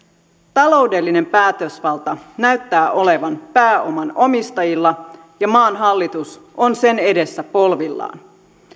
taloudellinen päätösvalta näyttää olevan pääoman omistajilla ja maan hallitus on sen edessä polvillaan